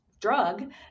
drug